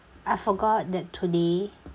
I forgot that today